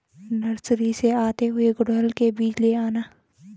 nursery से आते हुए गुड़हल के बीज ले आना